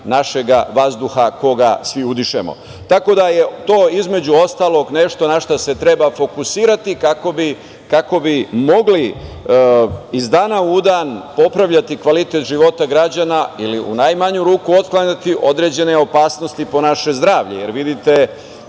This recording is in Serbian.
našeg vazduha, koji svi udišemo. Tako da je to između ostalog nešto na šta se treba fokusirati kako bi mogli iz dana u dan popravljati kvalitet života građana ili u najmanju ruku otklanjati određene opasnosti po naše zdravlje,